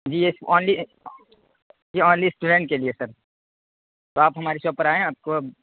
جی yes only only student کے لیے sir تو آپ ہماری شاپ پر آئیں آپ کو